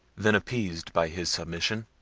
than appeased by his submission,